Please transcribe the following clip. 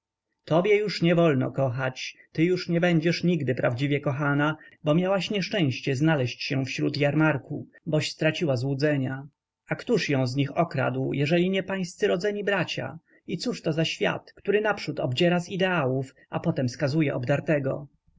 tobie już nie wolno kochać ty już nie będziesz nigdy prawdziwie kochana bo miałaś nieszczęście znaleść się wśród jarmarku boś straciła złudzenia a któż ją z nich okradł jeżeli nie pańscy rodzeni bracia i cóżto za świat który naprzód obdziera z ideałów a potem skazuje obdartego pani